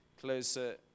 closer